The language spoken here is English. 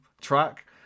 track